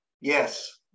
Yes